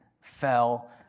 fell